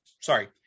sorry